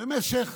במשך